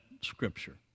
Scripture